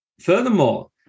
Furthermore